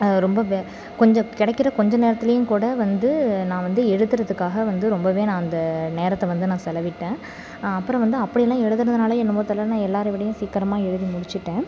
ரொம்ப வே கொஞ்சம் கிடைக்கிற கொஞ்ச நேரத்துலேயும் கூட வந்து நான் வந்து எழுதுகிறதுக்காக வந்து ரொம்பவே நான் அந்த நேரத்தை வந்து நான் செலவிட்டேன் அப்புறம் வந்து அப்படிலாம் எழுதுறதுனாலேயோ என்னமோ தெரில நான் எல்லாரவிடவும் சீக்கிரமாக எழுதி முடித்துட்டேன்